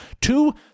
Two